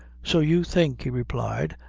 so you think, he replied,